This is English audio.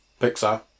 pixar